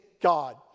God